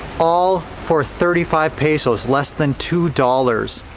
all for thirty five pesos. less than two dollars.